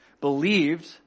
believed